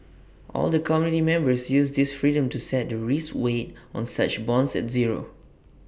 all the committee members use this freedom to set the risk weight on such bonds at zero